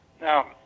Now